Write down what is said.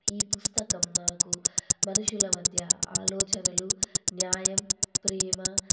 ఈ పుస్తకం నాకు మనుషుల మధ్య ఆలోచనలు న్యాయం ప్రేమ